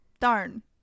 darn